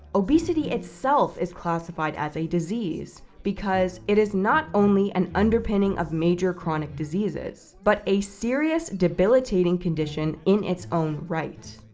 obesity itself is classified as a disease because it is not only an underpinning of major chronic diseases, but a serious debilitating condition in its own right.